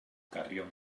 carrión